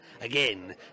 again